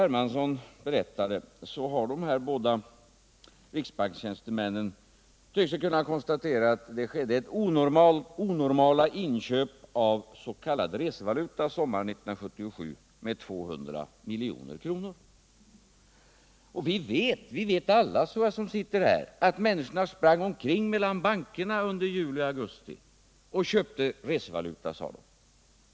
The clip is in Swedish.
Hermansson berättade har de både riksbankstjänstemännen tyckt sig kunna konstatera att det sommaren 1977 skedde onormala inköp för ca 200 milj.kr. av s.k. resevalwura. Vi vet alla som sitter här att människorna sprang omkring mellan bankerna under juli och augusti och köpte resevaluta, som de sade.